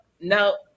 no